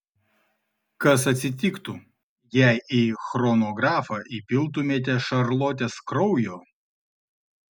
kas atsitiktų jei į chronografą įpiltumėte šarlotės kraujo